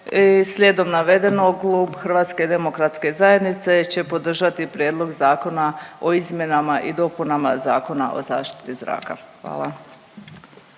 zaštiti zraka. Klub Hrvatske demokratske zajednice podržat će prijedlog zakona o izmjenama i dopunama Zakona o zaštiti zraka.